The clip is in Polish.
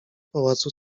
pałacu